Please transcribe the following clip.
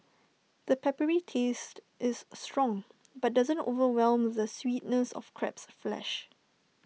the peppery taste is strong but doesn't overwhelm the sweetness of crab's flesh